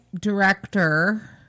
director